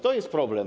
To jest problem.